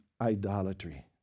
idolatry